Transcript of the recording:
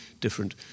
different